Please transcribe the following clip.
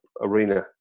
arena